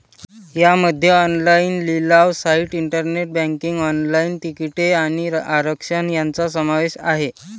यामध्ये ऑनलाइन लिलाव site, internet banking, online तिकिटे आणि आरक्षण यांचा समावेश आहे